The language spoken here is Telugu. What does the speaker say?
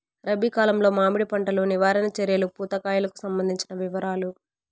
రబి కాలంలో మామిడి పంట లో నివారణ చర్యలు పూత కాయలకు సంబంధించిన వివరాలు?